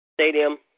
stadium